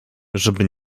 żeby